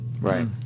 Right